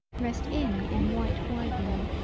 rest in in white widening.